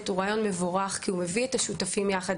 הוא רעיון מבורך כי הוא מביא את השותפים יחד.